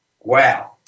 Wow